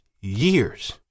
years